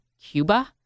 Cuba